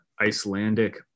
Icelandic